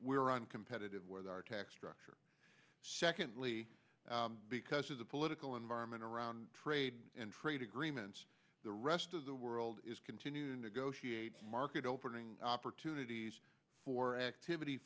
i'm competitive with our tax structure secondly because of the political environment around trade and trade agreements the rest of the world is continue to negotiate market opening opportunities for activity